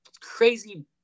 crazy